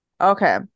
Okay